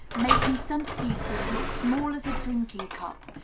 making st. peter's look small as a drinking-cup,